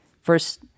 First